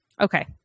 Okay